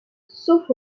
sauf